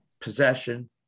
possession